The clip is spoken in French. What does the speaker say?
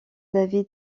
david